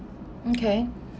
okay